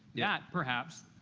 yeah perhaps,